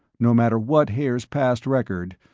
no matter what haer's past record,